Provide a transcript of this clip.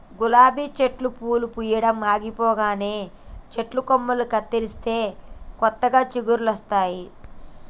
గులాబీ చెట్టు పూలు పూయడం ఆగిపోగానే చెట్టు కొమ్మలు కత్తిరిస్తే కొత్త చిగురులొస్తాయి